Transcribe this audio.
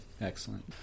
Excellent